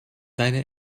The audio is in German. deine